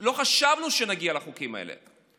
לא חשבנו שנגיע לחוקים האלה.